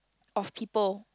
of people